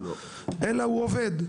אלא הוא עובד.